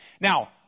Now